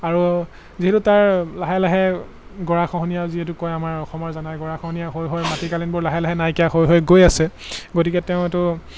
আৰু যিহেতু তাৰ লাহে লাহে গড়াখহনীয়া যিহেতু কয় আমাৰ অসমৰ জানাই গৰাখহনীয়া হৈ হৈ মাটিকালিবোৰ লাহে লাহে নাইকিয়া হৈ হৈ গৈ আছে গতিকে তেওঁ এইটো